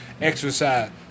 exercise